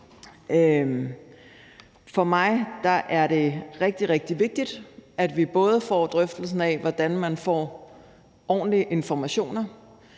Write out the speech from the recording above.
For mig er det rigtig, rigtig vigtigt, at vi får drøftelsen af, hvordan man får ordentlige informationer